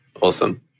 Awesome